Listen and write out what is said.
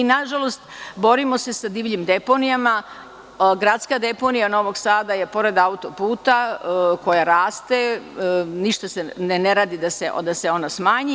Nažalost, borimo se sa divljim deponijama, Gradska deponija Novog Sada je pored auto-puta, koja raste, ništa se ne radi da se ona smanji.